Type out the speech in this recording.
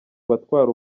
batwara